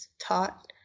taught